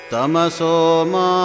Tamasoma